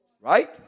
Right